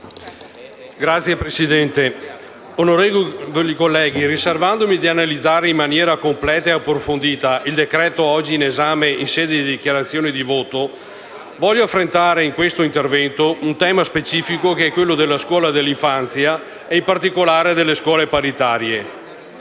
Signora Presidente, onorevoli colleghi, riservandomi di analizzare in maniera completa ed approfondita il decreto-legge in esame in sede dichiarazione di voto, voglio affrontare in questa intervento il tema specifico della scuola dell'infanzia e, in particolare, delle scuole paritarie.